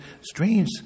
Strange